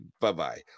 bye-bye